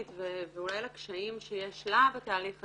ואולי לקשיים שיש לה בתהליך הזה.